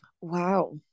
Wow